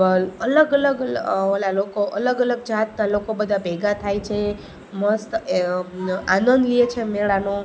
અલગ અલગ ઓલા લોકો અલગ અલગ જાતનાં લોકો બધાં ભેગા થાય છે મસ્ત આનંદ લે છે મેળાનો